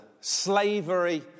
slavery